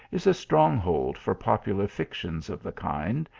is a strong hold for popular fic tions of the kind,